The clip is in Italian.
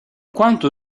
quanto